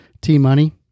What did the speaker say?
T-Money